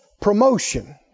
promotion